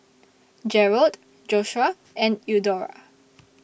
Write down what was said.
Jerold Joshuah and Eudora